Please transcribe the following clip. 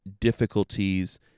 difficulties